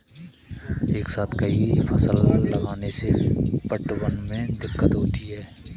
एक साथ कई फसल लगाने से पटवन में दिक्कत होती है